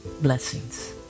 Blessings